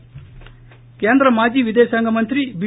ి కేంద్ర మాజీ విదేశాంగ మంత్రి బి